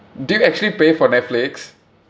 do you actually pay for netflix